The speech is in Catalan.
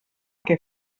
què